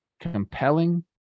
compelling